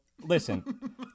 listen